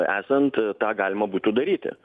esant tą galima būtų daryti